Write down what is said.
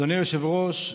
אדוני היושב-ראש,